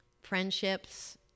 friendships